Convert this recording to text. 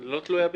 לא תלויה בי.